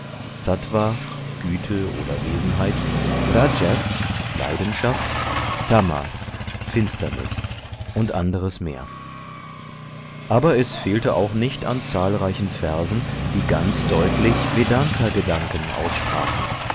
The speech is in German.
oder wesenheit rajas leidenschaft tamas finsternis u a m aber es fehlte auch nicht an zahlreichen versen die ganz deutlich vedntagedanken aussprachen